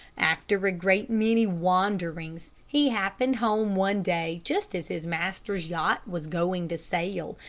after a great many wanderings, he happened home one day just as his master's yacht was going to sail,